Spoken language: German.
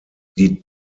die